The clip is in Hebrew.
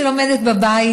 שלומדת בבית,